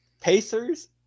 Pacers